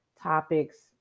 topics